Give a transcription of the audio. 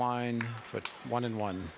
line but one in one